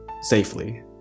safely